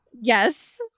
Yes